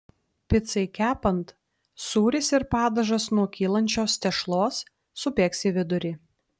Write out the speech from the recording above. picai kepant sūris ir padažas nuo kylančios tešlos subėgs į vidurį